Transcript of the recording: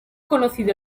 conocido